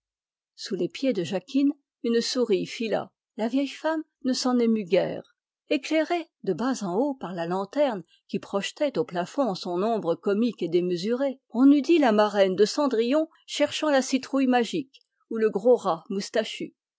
sous les pieds de jacquine une souris fila la bonne femme ne s'en émut guère éclairée de bas en haut par la lanterne qui projetait au plafond son ombre comique et démesurée elle semblait la marraine de cendrillon cherchant la citrouille magique ou le gros rat moustachu